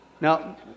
Now